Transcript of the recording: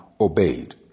obeyed